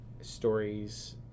stories